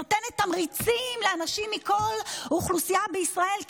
נותנת תמריצים לאנשים מכל האוכלוסייה בישראל,